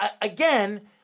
again